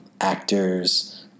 actors